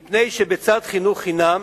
מפני שבצד חינוך חינם